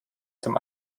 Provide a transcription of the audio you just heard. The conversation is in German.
zum